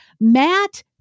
matt